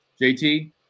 JT